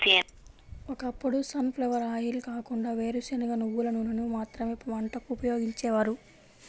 ఒకప్పుడు sunflower oil కాకుండా వేరుశనగ, నువ్వుల నూనెను మాత్రమే వంటకు ఉపయోగించేవారు